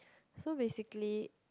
so basically